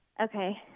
Okay